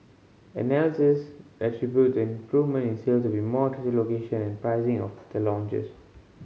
analysis attributed the improvement in sale to be more location and pricing of the launches